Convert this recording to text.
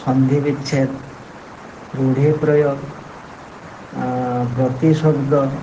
ସନ୍ଧି ବିଚ୍ଛେଦ ରୂଢ଼ି ପ୍ରୟୋଗ ପ୍ରତିଶବ୍ଦ